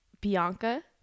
Bianca